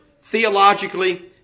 theologically